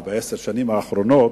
או בעשר השנים האחרונות.